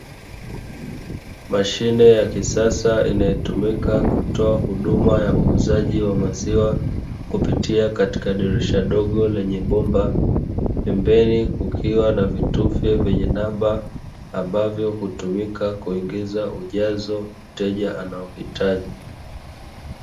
Mashine ya kisasa inayotumika kutoa huduma ya uuzaji wa maziwa kupitia dirisha dogo lenye bomba pembeni kukiwa na vitufe vyenye namba ambavyo hutumika kuingiza ujazo mteja anao hitaji